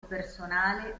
personale